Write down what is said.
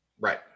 Right